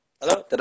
Hello